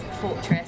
fortress